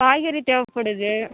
காய்கறி தேவைப்படுது